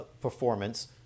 performance